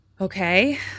okay